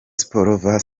sport